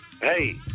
Hey